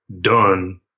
done